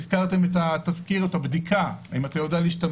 הזכרתם את הבדיקה האם אתה יודע להשתמש?